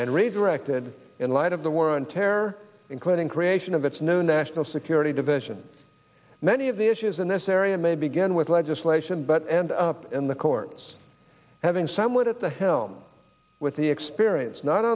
and redirected in light of the war on terror including creation of its new national security division many of the issues in this area may begin with legislation but and in the courts having someone at the helm with the experience not